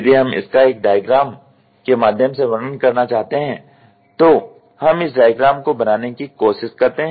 यदि हम इसका एक डायग्राम के माध्यम से वर्णन करना चाहते हैं तो हम इस डायग्राम को बनाने की कोशिश करते हैं